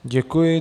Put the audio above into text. Děkuji.